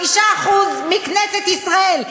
5% מכנסת ישראל,